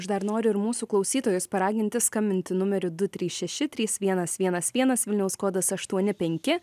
aš dar noriu ir mūsų klausytojus paraginti skambinti numeriu du trys šeši trys vienas vienas vienas vilniaus kodas aštuoni penki